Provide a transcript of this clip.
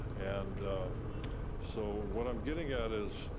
and so, what i'm getting at is,